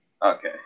Okay